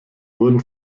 wurden